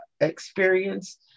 experience